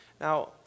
Now